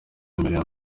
imirimo